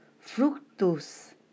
fructus